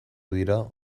dira